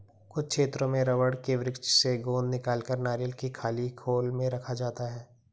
कुछ क्षेत्रों में रबड़ के वृक्ष से गोंद निकालकर नारियल की खाली खोल में रखा जाता है